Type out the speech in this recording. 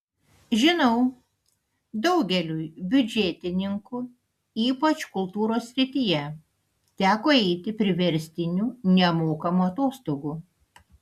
žinau daugeliui biudžetininkų ypač kultūros srityje teko eiti priverstinių nemokamų atostogų